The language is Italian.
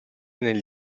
nel